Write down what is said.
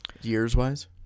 years-wise